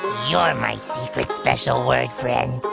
you're my secret special word friend.